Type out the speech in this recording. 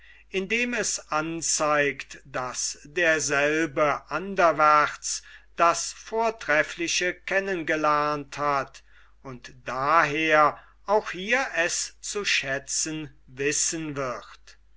indem es anzeigt daß derselbe anderwärts das vortreffliche kennen gelernt hat und daher auch hier es zu schätzen wissen wird